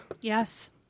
Yes